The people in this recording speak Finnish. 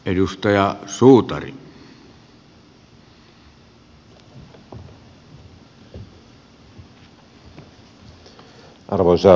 arvoisa herra puhemies